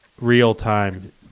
real-time